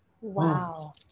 Wow